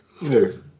Yes